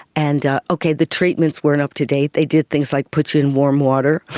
and ah okay, the treatments weren't up-to-date, they did things like put you in warm water.